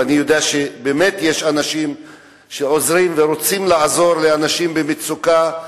ואני יודע שבאמת יש אנשים שעוזרים ורוצים לעזור לאנשים במצוקה,